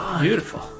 beautiful